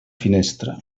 finestra